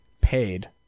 paid